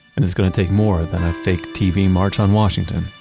and it's going to take more than a fake tv march on washington